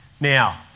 Now